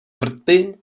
vrtby